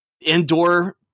indoor